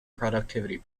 productivity